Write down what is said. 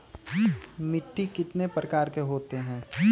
मिट्टी कितने प्रकार के होते हैं?